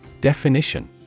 Definition